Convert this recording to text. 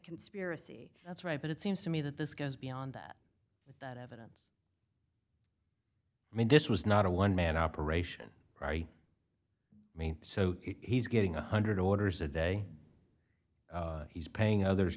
conspiracy that's right but it seems to me that this goes beyond that that evidence i mean this was not a one man operation right i mean so he's getting one hundred orders a day he's paying others